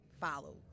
follow